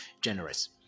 generous